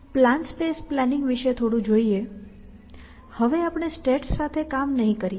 plan space planning વિશે થોડું જોઈએ હવે આપણે સ્ટેટ્સ સાથે કામ નહીં કરીએ